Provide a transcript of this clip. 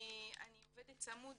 אני עובדת צמוד